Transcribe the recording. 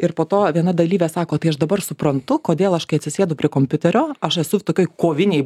ir po to viena dalyvė sako tai aš dabar suprantu kodėl aš kai atsisėdu prie kompiuterio aš esu tokioj kovinėj